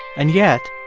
and yet,